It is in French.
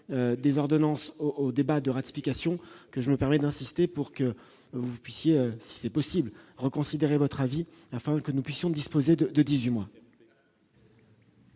des ordonnances au au débat de ratification, que je me permets d'insister pour que vous puissiez c'est possible reconsidérer votre avis afin que nous puissions disposer de de 18 mois.